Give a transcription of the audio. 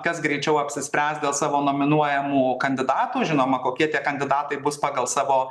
kas greičiau apsispręs dėl savo nominuojamų kandidatų žinoma kokie tie kandidatai bus pagal savo